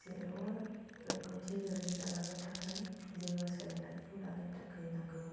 जेरावबो रोंगौथि गोरों जालांनो थाखाय जोङो सोलोंथायखौ लानो थाखाय नांगौ